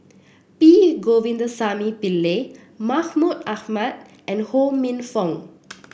P Govindasamy Pillai Mahmud Ahmad and Ho Minfong